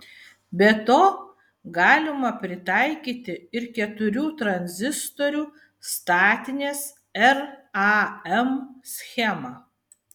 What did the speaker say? be to galima pritaikyti ir keturių tranzistorių statinės ram schemą